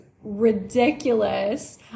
ridiculous